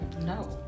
No